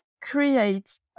create